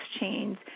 chains